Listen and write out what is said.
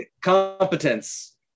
competence